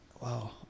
Wow